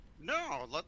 No